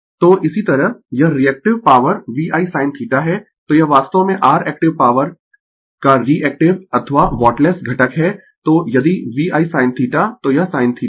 तो इसी तरह यह रीएक्टिव पॉवर VI sin θ है तो यह वास्तव में r एक्टिव पॉवर का रीएक्टिव अथवा वाटलेस घटक है तो यदि VI sin θ तो यह sin θ है